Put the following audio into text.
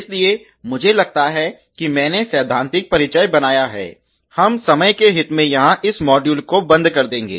इसलिए मुझे लगता है कि मैंने सैद्धांतिक परिचय बनाया है हम समय के हित में यहां इस मॉड्यूल को बंद कर देंगे